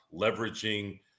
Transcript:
leveraging